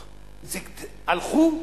הלכו?